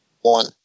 one